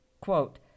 Quote